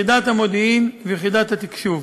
יחידת המודיעין ויחידת התקשוב.